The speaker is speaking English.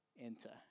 enter